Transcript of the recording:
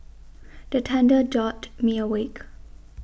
the thunder jolt me awake